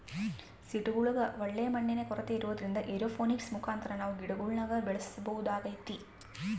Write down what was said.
ಸಿಟಿಗುಳಗ ಒಳ್ಳೆ ಮಣ್ಣಿನ ಕೊರತೆ ಇರೊದ್ರಿಂದ ಏರೋಪೋನಿಕ್ಸ್ ಮುಖಾಂತರ ನಾವು ಗಿಡಗುಳ್ನ ಬೆಳೆಸಬೊದಾಗೆತೆ